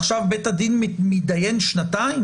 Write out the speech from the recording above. ועכשיו בית הדין מתדיין שנתיים